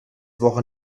woche